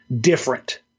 different